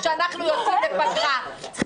כשאנחנו יוצאים לפגרה...בדיחה,